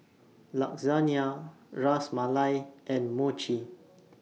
Lasagnia Ras Malai and Mochi